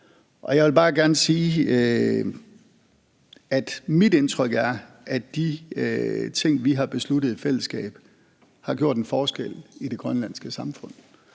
Jeg vil bare gerne sige, at mit indtryk er, at de ting, vi har besluttet i fællesskab, har gjort en forskel i det grønlandske samfund